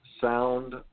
sound